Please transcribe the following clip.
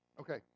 Okay